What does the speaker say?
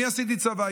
אני עשיתי צבא,